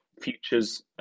futures